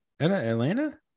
Atlanta